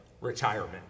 retirement